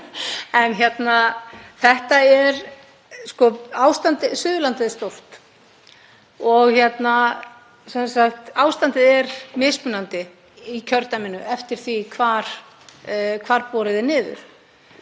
hælana mér út. Suðurland er stórt og ástandið er mismunandi í kjördæminu eftir því hvar borið er niður.